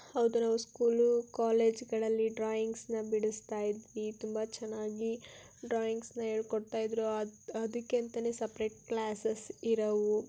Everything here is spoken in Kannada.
ಹೌದು ನಾವು ಸ್ಕೂಲು ಕಾಲೇಜ್ಗಳಲ್ಲಿ ಡ್ರಾಯಿಂಗ್ಸನ್ನ ಬಿಡಿಸ್ತಾ ಇದ್ವಿ ತುಂಬ ಚೆನ್ನಾಗಿ ಡ್ರಾಯಿಂಗ್ಸನ್ನ ಹೇಳ್ಕೊಡ್ತಾ ಇದ್ದರು ಅದು ಅದಕ್ಕೆ ಅಂತಲೇ ಸಪ್ರೇಟ್ ಕ್ಲಾಸಸ್ ಇರೋವು